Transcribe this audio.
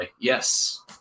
Yes